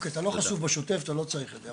אתה לא חשוף בשוטף, אתה לא צריך את זה.